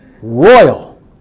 royal